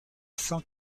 cent